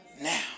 now